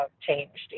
changed